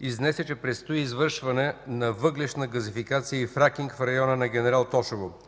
изнесе, че предстои извършване на въглищна газификация и фракинг в района на Генерал Тошево.